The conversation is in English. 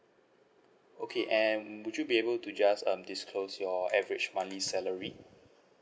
okay and would you be able to just um disclose your average monthly salary